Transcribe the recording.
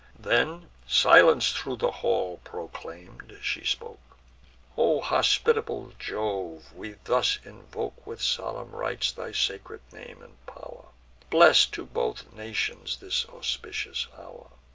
then, silence thro' the hall proclaim'd, she spoke o hospitable jove! we thus invoke, with solemn rites, thy sacred name and pow'r bless to both nations this auspicious hour!